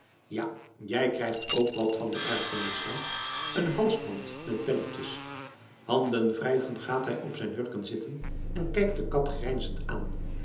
ja jij krijgt ook wat van de erfenis hè een halsband met belletjes handenwrijvend gaat hij op zijn hurken zitten en kijkt de kat grijnzend aan